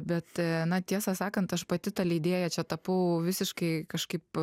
bet na tiesą sakant aš pati ta leidėja čia tapau visiškai kažkaip